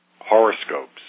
Horoscopes